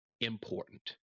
important